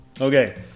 Okay